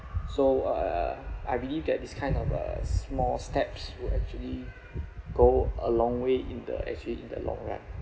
so uh I believe that this kind of uh small steps would actually go a long way in the actually in the long run